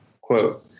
Quote